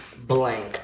Blank